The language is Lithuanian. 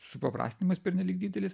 supaprastinamas pernelyg didelis